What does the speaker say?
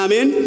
Amen